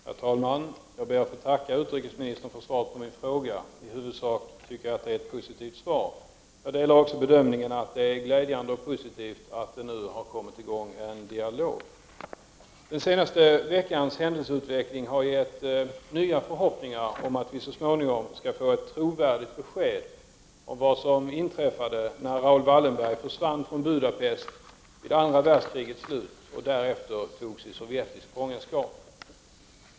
Fru talman! Jag ber att få tacka utrikesministern för svaret på min fråga. Det är ett i huvudsak positivt svar. Jag delar också bedömningen att det är glädjande att en dialog nu har kommit i gång. Den senaste veckans händelseutveckling har gett nya förhoppningar om att vi så småningom skall få ett trovärdigt besked om vad som inträffade när Raoul Wallenberg försvann från Budapest vid andra världskrigets slut och därefter togs i sovjetisk fångenskap.